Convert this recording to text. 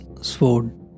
Sword